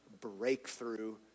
breakthrough